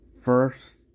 first